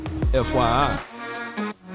FYI